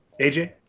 AJ